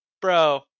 Bro